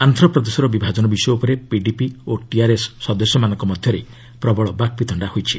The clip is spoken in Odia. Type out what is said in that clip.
ଆନ୍ଧ୍ରପ୍ରଦେଶର ବିଭାଜନ ବିଷୟ ଉପରେ ପିଡିପି ଓ ଟିଆର୍ଏସ୍ ସଦସ୍ୟମାନଙ୍କ ମଧ୍ୟରେ ପ୍ରବଳ ବାକ୍ବିତଣ୍ଡା ହୋଇଛି